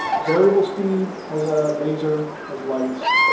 variable speed, has a laser, has lights.